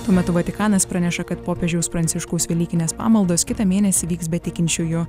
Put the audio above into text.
tuo metu vatikanas praneša kad popiežiaus pranciškaus velykinės pamaldos kitą mėnesį vyks be tikinčiųjų